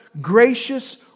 gracious